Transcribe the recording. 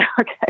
okay